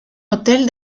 hotel